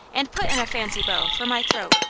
and put in a fancy bow, for my throat,